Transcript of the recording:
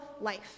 life